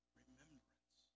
remembrance